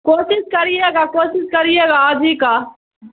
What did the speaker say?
کوشش کریے گا کوشش کریے گا آج ہی کا